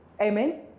Amen